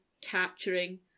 capturing